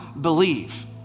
believe